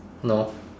no